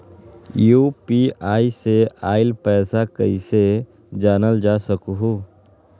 UPI से आईल पैसा कईसे जानल जा सकहु?